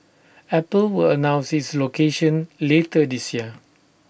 apple will announce its location later this year